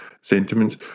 sentiments